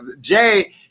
Jay